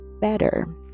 better